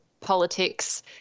politics